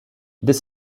this